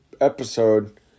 episode